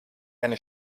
eine